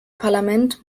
parlament